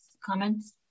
comments